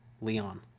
Leon